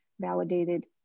validated